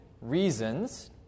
reasons